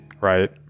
right